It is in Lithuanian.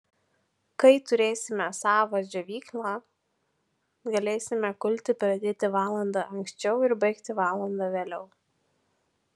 kai turėsime savą džiovyklą galėsime kulti pradėti valanda anksčiau ir baigti valanda vėliau